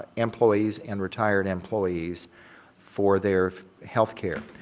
ah employees and retired employees for their healthcare.